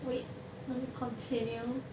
wait let me continue